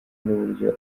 n’uburyo